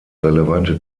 relevante